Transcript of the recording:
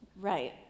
Right